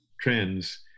trends